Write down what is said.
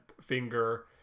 Finger